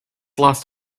lost